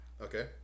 okay